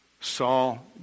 Saul